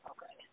Okay